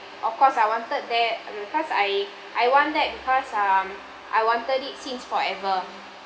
of course I wanted there uh cause I I want that because um I wanted it since forever